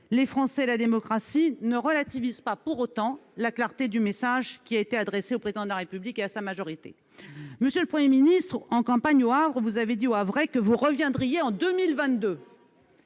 les Français et la démocratie, ne relativise pas pour autant la clarté du message adressé au Président de la République et à sa majorité. Monsieur le Premier ministre, en campagne au Havre, vous avez dit aux Havrais que vous reviendriez en 2022.